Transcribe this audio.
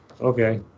Okay